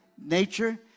nature